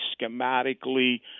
schematically